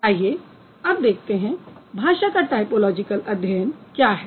आइए अब देखते हैं कि भाषा का टायपोलॉजिकल अध्ययन क्या है